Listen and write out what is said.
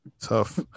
Tough